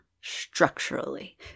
structurally